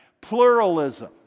Pluralism